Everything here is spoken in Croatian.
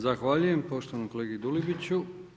Zahvaljujem poštovanom kolegi Dulibiću.